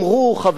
חברי,